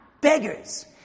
beggars